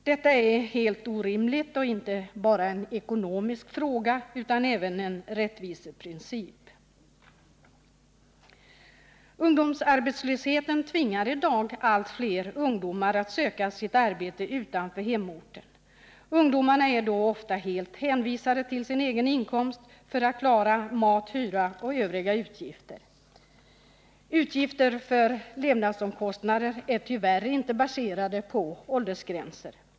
Detta är ju helt orimligt och inte bara en ekonomisk fråga utan även en rättviseprincip. Ungdomsarbetslösheten tvingar i dag allt fler ungdomar att söka sitt arbete utanför hemorten. Ungdomarna är då ofta helt hänvisade till sin egen inkomst för att klara mat, hyra och övriga utgifter. Utgifter för levnadsomkostnader är tyvärr inte baserade på åldersgränser.